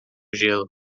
gelo